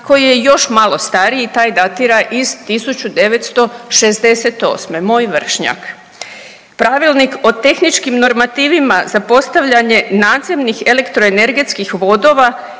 koji je još malo stariji. Taj datira iz 1968., moj vršnjak. Pravilnik o tehničkim normativima za postavljanje nadzemnih elektroenergetskih vodova